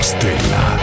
Stella